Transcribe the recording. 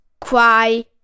cry